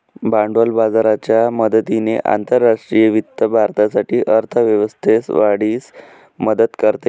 भांडवल बाजाराच्या मदतीने आंतरराष्ट्रीय वित्त भारतासाठी अर्थ व्यवस्थेस वाढीस मदत करते